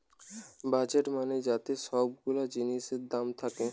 budget মানে যাতে সব গুলা জিনিসের দাম থাকে